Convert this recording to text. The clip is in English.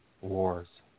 wars